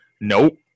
Nope